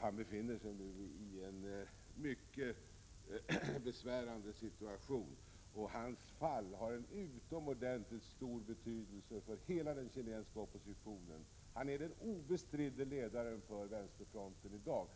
Han befinner sig nu i en mycket besvärlig situation. Hans fall har en utomordentligt stor betydelse för hela den chilenska oppositionen. Almeyda är i dag den obestridde ledaren för vänsterfronten.